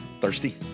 thirsty